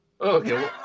Okay